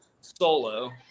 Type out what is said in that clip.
solo